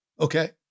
okay